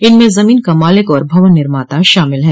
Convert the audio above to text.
इनमें जमीन का मालिक और भवन निर्माता षामिल है